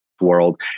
world